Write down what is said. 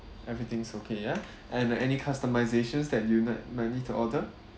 everything's okay ya and any customisations that you na~ might need to order